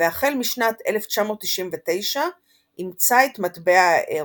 והחל משנת 1999 אימצה את מטבע האירו.